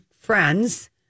friends